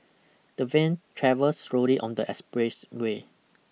the van travels slowly on the expressway